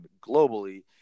globally